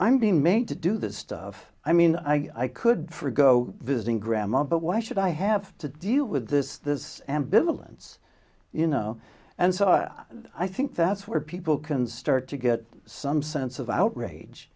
i'm being made to do this stuff i mean i could for go visit grandma but why should i have to deal with this this ambivalence you know and so i i think that's where people can start to get some sense of outrage